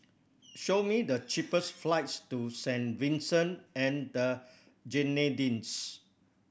show me the cheapest flights to Saint Vincent and the Grenadines